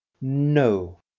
No